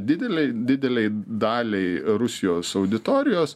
didelei didelei daliai rusijos auditorijos